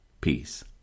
peace